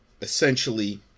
essentially